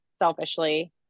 Selfishly